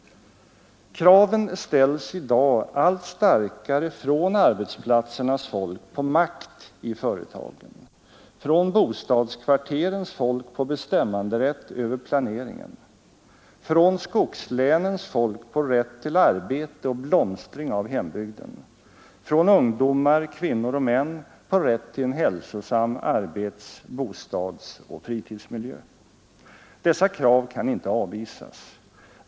Kraven ställs i dag allt starkare av arbetsplatsernas folk på makt i företagen, av bostadskvarterens folk på bestämmanderätt över planeringen, av skogslänens folk på rätt till arbete och blomstring av hembygden, av ungdomar, kvinnor och män på rätt till en hälsosam arbets-, bostadsoch fritidsmiljö. Dessa krav kan inte avvisas.